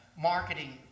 marketing